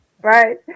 Right